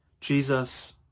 Jesus